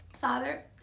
Father